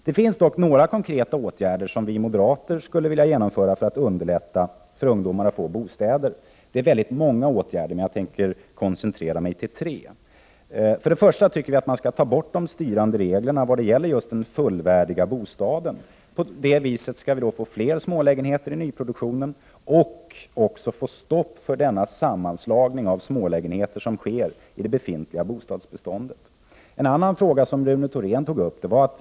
Det finns konkreta åtgärder som vi moderater gärna skulle vilja genomföra för att underlätta för ungdomarna att få bostad. De är många, men jag tänker nu koncentrera mig till tre. 1. Vi tycker att man skall ta bort de styrande reglerna vad gäller ”den fullvärdiga bostaden”. På det sättet skulle vi få fler smålägenheter i nyproduktionen, och vi skulle också få stopp för den sammanslagning av smålägenheter i det befintliga bostadsbeståndet som sker. 2.